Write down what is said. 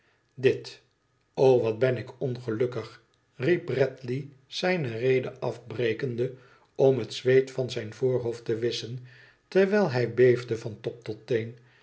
dit o wat ben ik ongelukkig riep bradley zijne rede afbrekende om het zweet van zijn voorhoofd te wisschen terwijl hij beefde van top tot teen